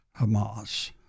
Hamas